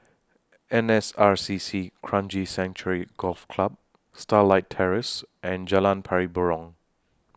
N S R C C Kranji Sanctuary Golf Club Starlight Terrace and Jalan Pari Burong